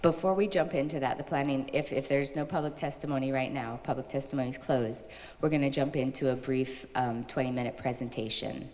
before we jump into that the planning if if there's no public testimony right now public testimony is closed we're going to jump into a brief twenty minute presentation